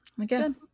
Again